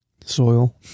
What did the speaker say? Soil